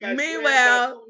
meanwhile